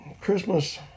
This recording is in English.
Christmas